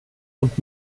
und